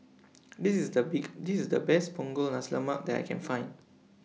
This IS The Big This IS The Best Punggol Nasi Lemak that I Can Find